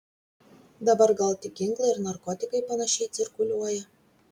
dabar gal tik ginklai ir narkotikai panašiai cirkuliuoja